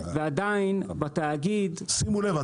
ועדיין בתאגיד -- שימו לב,